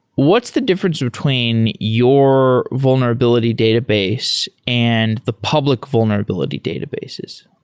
what's the difference between your vulnerability database and the public vulnerability databases?